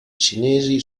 cinesi